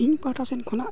ᱤᱧ ᱯᱟᱦᱴᱟ ᱥᱮᱫ ᱠᱷᱚᱱᱟᱜ